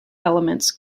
elements